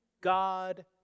God